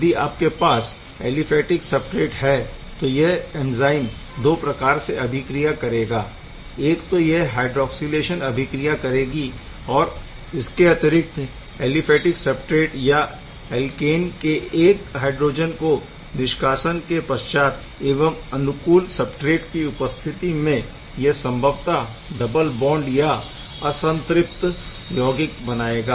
यदि आपके पास ऐलीफैटिक सबस्ट्रेट है तो यह ऐंज़ाइम दो प्रकार से अभिक्रिया करेगा एक तो यह हायड्रॉक्सिलेशन अभिक्रिया करेगी और इसके अतिरिक्त ऐलीफैटिक सबस्ट्रेट या ऐल्केन के एक हाइड्रोजन को निष्कासन के पश्चात एवं अनुकूल सबस्ट्रेट की उपस्थित में यह संभवतः डबल बॉन्ड का असंतृप्त यौगिक बनाएगा